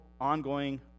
ongoing